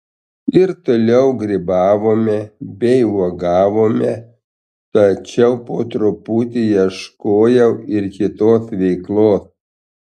ir toliau grybavome bei uogavome tačiau po truputį ieškojau ir kitos veiklos